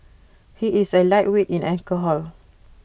he is A lightweight in alcohol